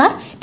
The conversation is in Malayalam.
R T